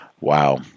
Wow